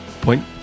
Point